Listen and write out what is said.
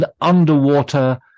underwater